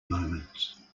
moments